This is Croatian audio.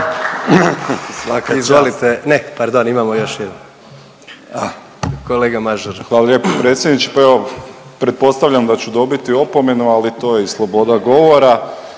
Hvala.